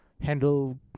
handle